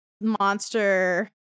monster